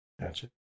Gotcha